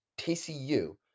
TCU